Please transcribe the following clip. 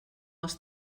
els